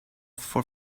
for